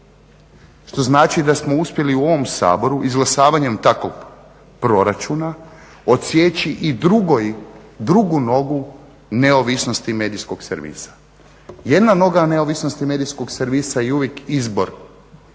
Što znači da smo uspjeli u ovom Saboru izglasavanjem takvog proračuna odsjeći i drugu nogu neovisnosti medijskog servisa. Jedna noga neovisnosti medijskog servisa i uvijek izbor